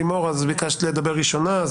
ביקשת לדבר ראשונה,